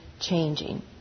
changing